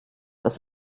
das